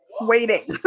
waiting